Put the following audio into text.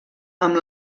amb